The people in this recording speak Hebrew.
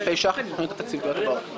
אלפי ש"ח לתוכניות התקציביות הבאות.